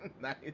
Nice